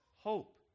Hope